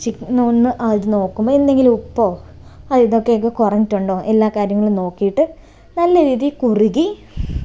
chicken ഒന്ന് അത് നോക്കുമ്പോൾ എന്തെങ്കിലും ഉപ്പോ ആ ഇതൊക്കെ കുറഞ്ഞിട്ടുണ്ടോ എല്ലാകാര്യങ്ങളും നോക്കിയിട്ട് നല്ല രീതിയിൽ കുറുകി